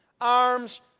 arms